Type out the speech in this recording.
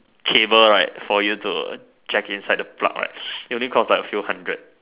cable right for you to Jack inside the plug right it only cost like a few hundred